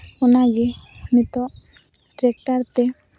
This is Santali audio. ᱚᱱᱟᱜᱮ ᱱᱤᱛᱳᱜ ᱴᱮᱠᱴᱟᱨ ᱛᱮ